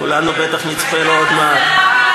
כולנו בטח נצפה בו עוד מעט.